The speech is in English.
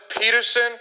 Peterson